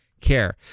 care